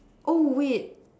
oh wait